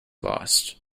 lost